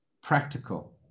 practical